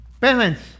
Parents